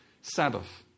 Sabbath